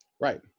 right